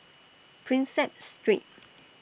Prinsep Street